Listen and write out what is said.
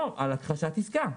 או על הכחשת עסקה.